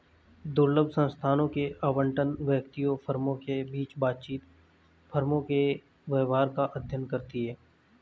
दुर्लभ संसाधनों के आवंटन, व्यक्तियों, फर्मों के बीच बातचीत, फर्मों के व्यवहार का अध्ययन करती है